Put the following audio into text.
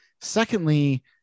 Secondly